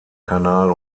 kanal